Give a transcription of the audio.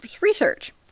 research